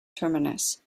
terminus